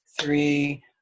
three